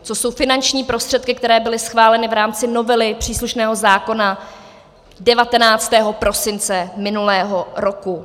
To jsou finanční prostředky, které byly schváleny v rámci novely příslušného zákona 19. prosince minulého roku.